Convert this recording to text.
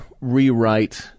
rewrite